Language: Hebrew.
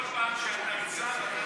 כל פעם שאתה צם, אתה